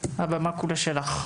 הבמה כולה שלך.